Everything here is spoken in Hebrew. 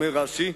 אומר רש"י,